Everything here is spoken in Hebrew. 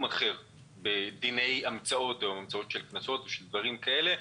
אחר בדיני המצאות של קנסות או של דברים כאלה.